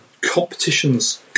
competition's